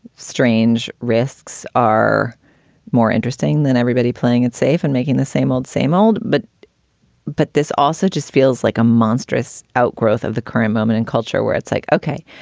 strange risks are more interesting than everybody playing it safe and making the same old, same old. but but this also just feels like a monstrous outgrowth of the current moment in culture where it's like, okay,